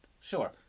Sure